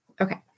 Okay